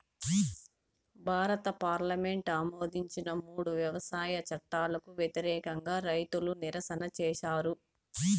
భారత పార్లమెంటు ఆమోదించిన మూడు వ్యవసాయ చట్టాలకు వ్యతిరేకంగా రైతులు నిరసన చేసారు